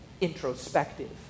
introspective